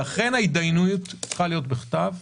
לכן ההתדיינות צריכה להיות בכתב,